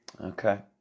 Okay